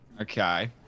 Okay